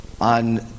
on